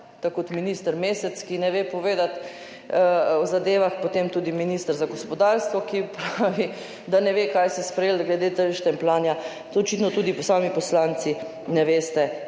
tako kot minister Mesec, ki ne ve povedati o zadevah, potem tudi minister za gospodarstvo, ki pravi, da ne ve, kaj ste sprejeli glede štempljanja, tega očitno tudi sami poslanci ne veste,